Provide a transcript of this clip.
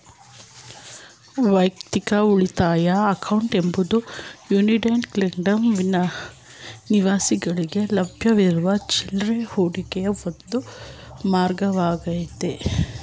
ವೈಯಕ್ತಿಕ ಉಳಿತಾಯ ಅಕೌಂಟ್ ಎಂಬುದು ಯುನೈಟೆಡ್ ಕಿಂಗ್ಡಮ್ ನಿವಾಸಿಗಳ್ಗೆ ಲಭ್ಯವಿರುವ ಚಿಲ್ರೆ ಹೂಡಿಕೆಯ ಒಂದು ಮಾರ್ಗವಾಗೈತೆ